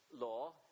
law